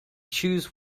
choose